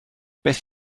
beth